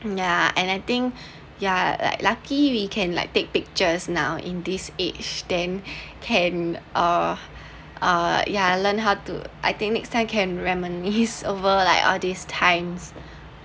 yeah and I think yeah like lucky we can like take pictures now in this age then can uh uh yeah learned how to I think next time can reminisce over like all these times